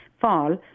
fall